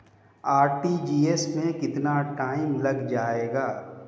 RTGS में कितना time लग जाएगा?